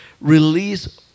release